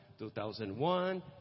2001